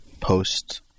post